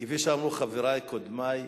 כפי שאמרו חברי, קודמי,